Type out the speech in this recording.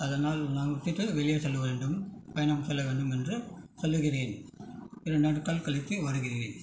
அதனால் நான் விட்டுவிட்டு வெளியே செல்ல வேண்டும் பயணம் செல்ல வேண்டும் என்று செல்கிறேன் இரண்டு நாட்கள் கழித்து வருகிறேன்